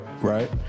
right